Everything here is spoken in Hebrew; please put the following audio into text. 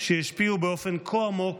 שהשפיעו באופן כה עמוק